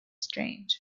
strange